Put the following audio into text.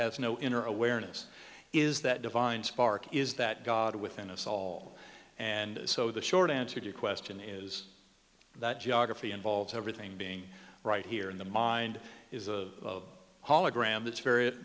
has no inner awareness is that divine spark is that god within us all and so the short answer your question is that geography involves everything being right here in the mind is of hologram that's very